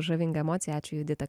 žavinga emocija ačiū judita